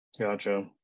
Gotcha